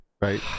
right